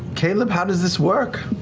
caleb, how does this work?